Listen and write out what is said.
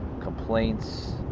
complaints